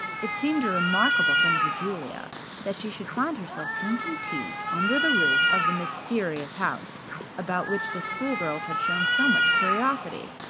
it seemed a remarkable thing to julia that she should find herself drinking tea under the roof of the mysterious house about which the schoolgirls had shown so much curiosity.